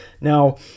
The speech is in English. Now